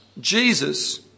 Jesus